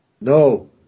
no